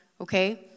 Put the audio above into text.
okay